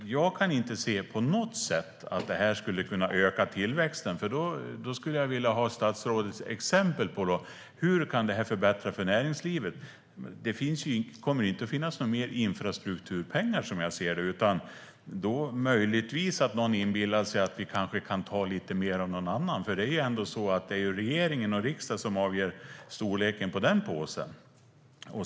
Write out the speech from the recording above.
Jag kan inte på något sätt se att detta skulle kunna öka tillväxten. Jag skulle vilja ha statsrådets exempel på hur det här kan förbättra för näringslivet. Det kommer ju inte att finnas mer infrastrukturpengar, som jag ser det. Möjligtvis är det någon som inbillar sig att vi skulle kunna ta lite mer av någon annan. Det är ju regering och riksdag som avgör storleken på den påsen.